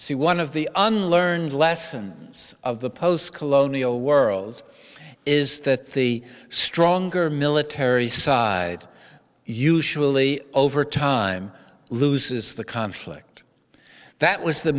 c one of the unlearnt lessons of the post colonial world is that the stronger military side usually over time loses the conflict that was the